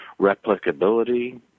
replicability